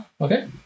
Okay